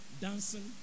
dancing